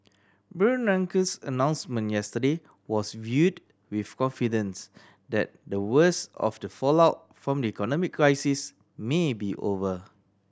Bernanke's announcement yesterday was viewed with confidence that the worst of the fallout from the economic crisis may be over